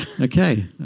Okay